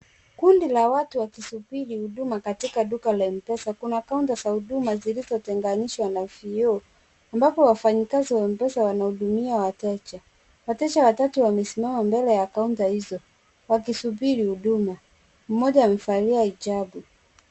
Kundi la watu wakisubiri huduma katika duka la mpesa. Kuna kaunta za huduma zilizotenganishwa na vioo ambapo wafanyikazi wa M-pesa wanahudumia wateja. Wateja watatu wamesimama mbele ya kaunta hizo wakisubiri huduma mmoja amevalia hijabu.